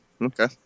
Okay